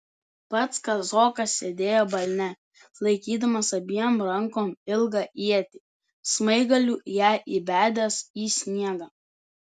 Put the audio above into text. pats kazokas sėdėjo balne laikydamas abiem rankom ilgą ietį smaigaliu ją įbedęs į sniegą